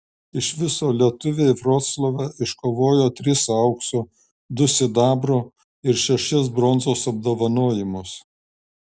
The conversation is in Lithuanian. iš viso lietuviai vroclave iškovojo tris aukso du sidabro ir šešis bronzos apdovanojimus